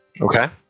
Okay